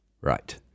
Right